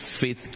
faith